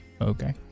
okay